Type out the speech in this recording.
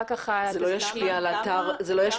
זה לא ישפיע על האתר?